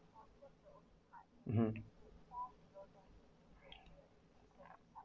mmhmm